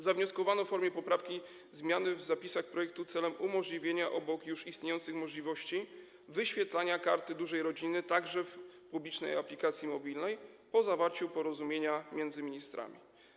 Zawnioskowano, w formie poprawki, o zmiany w zapisach projektu celem umożliwienia, obok już istniejących możliwości, wyświetlania Karty Dużej Rodziny także w publicznej aplikacji mobilnej po zawarciu porozumienia między ministrami.